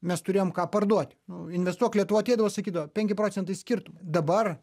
mes turėjom ką parduoti nu investuok lietuva ateidavo sakydavo penki procentai skirtumai dabar